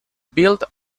built